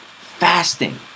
fasting